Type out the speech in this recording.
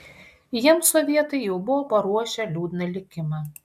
jiems sovietai jau buvo paruošę liūdną likimą